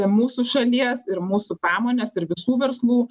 mūsų šalies ir mūsų pamonės ir visų verslų